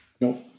Nope